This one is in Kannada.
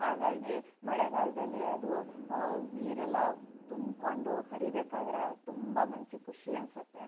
ಹಾಗಾಗಿ ಮಳೆಗಾಲದಲ್ಲಿ ಅದು ನೀರೆಲ್ಲ ತುಂಬಿಕೊಂಡು ಹರಿಯಬೇಕಾದ್ರೆ ತುಂಬ ಮನ್ಸಿಗೆ ಖುಷಿ ಅನ್ಸುತ್ತೆ